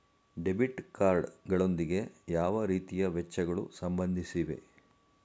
Debit card ಗಳೊಂದಿಗೆ ಯಾವ ರೀತಿಯ ವೆಚ್ಚಗಳು ಸಂಬಂಧಿಸಿವೆ?